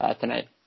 tonight